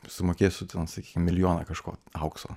sumokėsiu sakykim milijoną kažko aukso